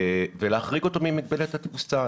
ולהחריג אותו ממגבלת התפוסה.